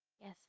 yes